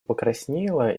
покраснела